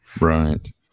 right